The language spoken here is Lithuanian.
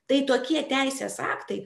tai tokie teisės aktai